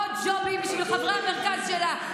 עוד ג'ובים בשביל חברי המרכז שלה.